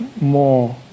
more